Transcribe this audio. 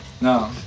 No